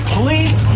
Police